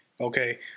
okay –